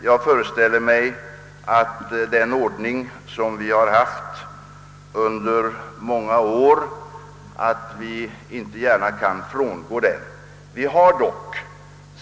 Jag föreställer mig att vi inte gärna kan frångå den ordning som vi tillämpat under många år.